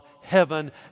heaven